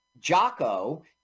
Jocko –